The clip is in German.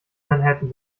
manhattan